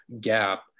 gap